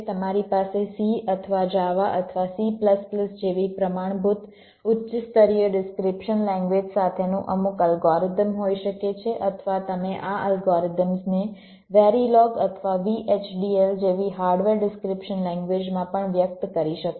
તમારી પાસે C અથવા java અથવા C જેવી પ્રમાણભૂત ઉચ્ચ સ્તરીય ડિસ્ક્રિપ્શન લેંગ્વેજ સાથેનું અમુક અલ્ગોરિધમ હોઈ શકે છે અથવા તમે આ અલ્ગોરિધમ્સને વેરિલોગ અથવા VHDL જેવી હાર્ડવેર ડિસ્ક્રિપ્શન લેંગ્વેજમાં પણ વ્યક્ત કરી શકો છો